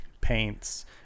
paints